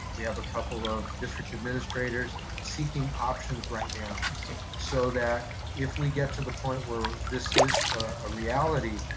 we have a couple of district administrators seeking options right now so that if we get to the point where this is a reality,